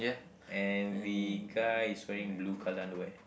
and the guy is wearing blue color underwear